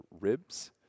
ribs